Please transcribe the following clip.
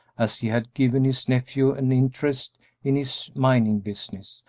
as he had given his nephew an interest in his mining business,